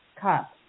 cup